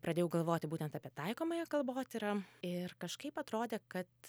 jei pradėjau galvoti būtent apie taikomąją kalbotyrą ir kažkaip atrodė kad